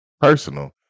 personal